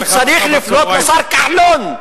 הוא צריך לפנות לשר כחלון.